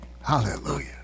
Hallelujah